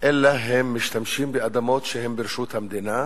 אלא הם משתמשים באדמות שהן ברשות המדינה,